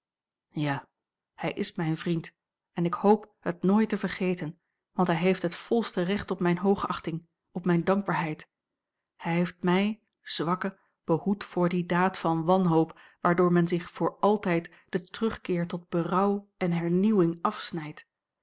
ja hij is mijn vriend en ik hoop het nooit te vergeten want hij heeft het volste recht op mijne hoogachting op mijne dankbaarheid hij heeft mij zwakke behoed voor die daad van wanhoop waardoor men zich voor altijd den terugkeer tot berouw en hernieuwing afsnijdt